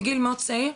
מגיל מאוד צעיר,